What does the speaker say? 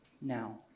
now